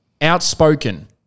outspoken